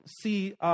see